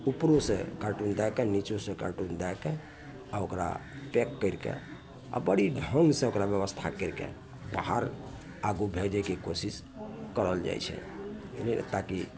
उपरो से कार्टून दैके नीचो से कार्टून दैके आ ओकरा पैक करिके आ बड़ी ढङ्ग से ओकरा बेबस्था करिके बाहर आगू भेजयके कोशिश करल जाइत छै ताकि